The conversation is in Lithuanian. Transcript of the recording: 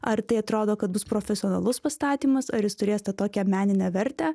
ar tai atrodo kad bus profesionalus pastatymas ar jis turės tą tokią meninę vertę